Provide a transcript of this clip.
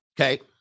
okay